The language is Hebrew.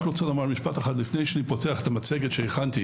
אני רק רוצה לומר משפט אחד לפני שאני פותח את המצגת שהכנתי.